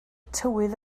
tywydd